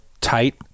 tight